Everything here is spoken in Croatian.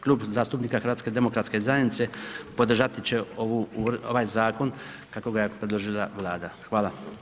Klub zastupnika HDZ-a podržat će ovaj zakon kako ga je predložila Vlada, hvala.